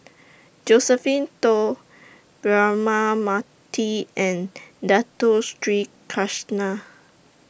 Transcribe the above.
Josephine Teo Braema Mathi and Dato Sri Krishna